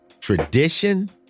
Tradition